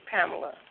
Pamela